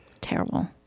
Terrible